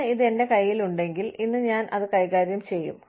ഇന്ന് ഇത് എന്റെ കൈയിൽ ഉണ്ടെങ്കിൽ ഇന്ന് ഞാൻ അത് കൈകാര്യം ചെയ്യും